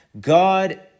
God